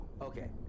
Okay